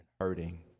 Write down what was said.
hurting